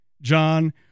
John